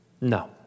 No